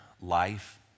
life